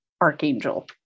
archangel